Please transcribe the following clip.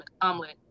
omelet